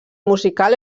musical